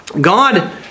God